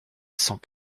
cent